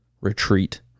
retreat